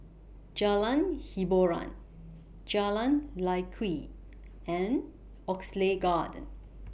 Jalan Hiboran Jalan Lye Kwee and Oxley Garden